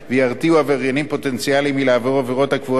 פוטנציאליים מלעבור עבירות הקבועות בחוק עובדים זרים.